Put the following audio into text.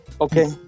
Okay